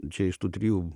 čia iš tų trijų